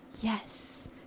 Yes